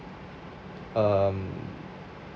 um